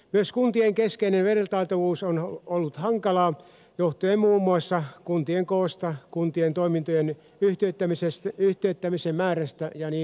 myös kuntien keskinäinen vertailtavuus on ollut hankalaa johtuen muun muassa kuntien koosta kuntien toimintojen yhtiöittämisen määrästä ja niin edelleen